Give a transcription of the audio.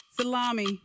Salami